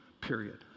period